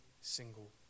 single